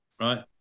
right